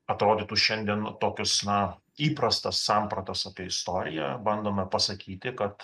atrodytų šiandien tokius na įprastas sampratas apie istoriją bandome pasakyti kad